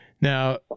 Now